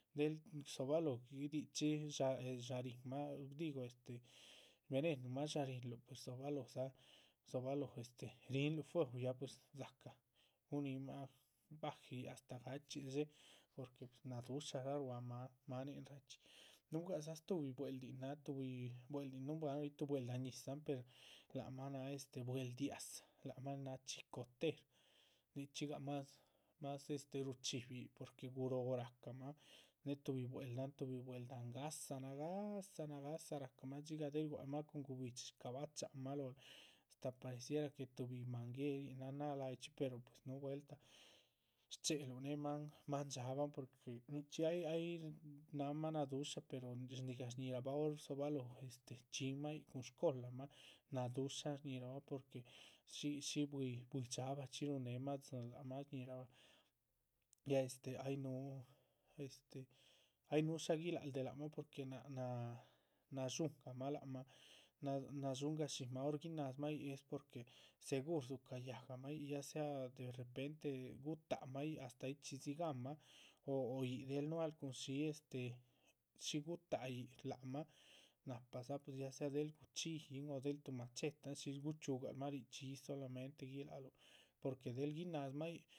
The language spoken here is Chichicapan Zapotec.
Del dzobaloho guidichi dshá dshá haríhinmah, digo este venenumah dshá haríhinmah tíshiluh rdzobalóhodza rdzobalóho este ríhinluh fuehu yic. ya pues dzácah gunihimah baje yíc astáh gachxíl dshé porque pues nadúshadza ruá mah máaninrachxí núhugadza stuhbi bwel´din, nin náha tuhbi bwel´din nuhunbuanuh. tuh bwel´da ñizahn per lác mah náha este bwel´ dia´za, lác mah nin náha chicotera nichxígah más, más este, ruchibi yíc, porque guróho ráhcamah néh tuhbi. bwel´dahan tuhbi bwel´da ngáhsan nagáhsa nagáhsa rahcamah dxigah del guálmah cuhun guhbi´dxi dxigah rabacha´hamah, astáh pareciera que tuhbi manguerinan. náha lalchxí per pues núhu vueltah shchéhe luh née máan, máan dxaabahn porque nichxí ay ay náhamah nadúsha pero dzigah shñíhirahbah hor dzobalóho este. chxínmah yíc, cun shcolamah nadúshan shñíhirabah porque shí shí bwíi dxaabah chxí ruhun néhmah tzín, lac mah shñíhirabah ya este ay núhu este ay núhu shá guiláhal de. lac mah porque náha nashúhunga mah lac mah náh dshúngah shínmah hor guináz mah yíc es porque segur dzuca´ yáhgamah yíc ya sea derrepente gutáhamah yíc, astáh. chxídzi gáhanmah o yíc del núahal cun shí este shí gutáha yíc, shlác mah nahpadza pues sea del gu´chxillin o del tuh machetan shísh guchxíugal mah richxí yi. solamente guilac luh porque del guinádzumah yíc.